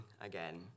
again